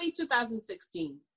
2016